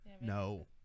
No